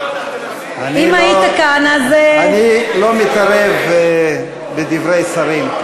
אם היית כאן אז, אני לא מתערב בדברי שרים.